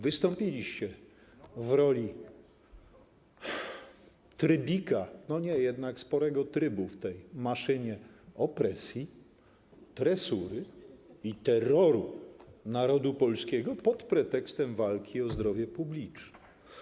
Wystąpiliście w roli trybika, a raczej sporego trybu, w tej maszynie opresji, tresury i terroru narodu polskiego pod pretekstem walki o zdrowie publiczne.